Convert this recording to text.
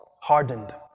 Hardened